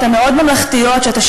הזלזול הזה מתאים למליאת הכנסת?